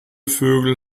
vögel